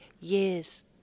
years